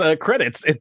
credits